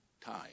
time